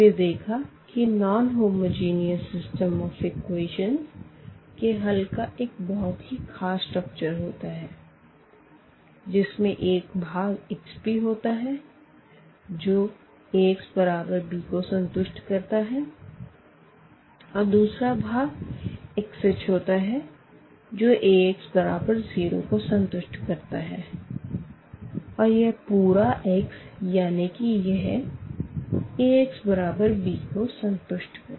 फिर देखा कि non homogeneous system of equation के हल का एक बहुत ही ख़ास स्ट्रक्चर होता है जिसमें एक भाग x p होता है जो Ax बराबर b को संतुष्ट करता है और दूसरा भाग x h होता है जो Ax बराबर 0 को संतुष्ट करता है और यह पूरा x यानी कि यह Ax बराबर b को संतुष्ट करता है